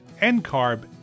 NCARB